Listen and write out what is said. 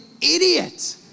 idiot